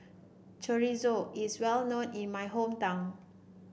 Chorizo is well known in my hometown